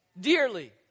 dearly